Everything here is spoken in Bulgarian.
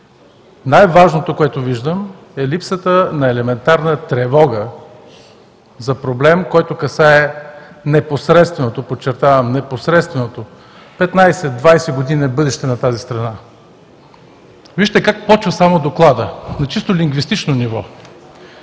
Най-важното, което виждам, е липсата на елементарна тревога за проблем, който касае непосредственото, подчертавам – непосредственото, до 15 – 20 години бъдеще на тази страна. Вижте как започва само Докладът на чисто лингвистично ниво: